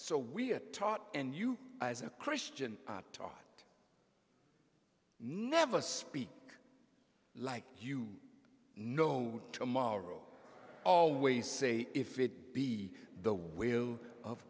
so we're taught and you as a christian are taught never speak like you know tomorrow always say if it be the will of